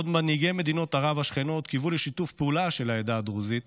בעוד מנהיגי מדינות ערב השכנות קיוו לשיתוף פעולה של העדה הדרוזית,